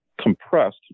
compressed